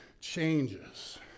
changes